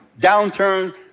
downturn